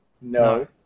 No